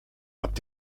habt